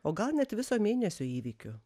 o gal net viso mėnesio įvykiu